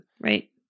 right